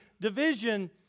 Division